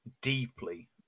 deeply